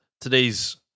today's